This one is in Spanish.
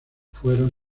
fueron